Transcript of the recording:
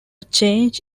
change